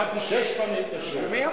שמעתי שש פעמים את השאלה.